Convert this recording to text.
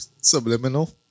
subliminal